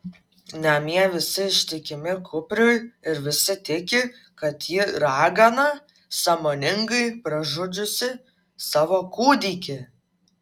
namie visi ištikimi kupriui ir visi tiki kad ji ragana sąmoningai pražudžiusi savo kūdikį